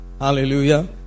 Hallelujah